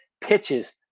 pitches